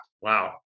Wow